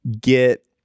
get